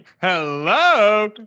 Hello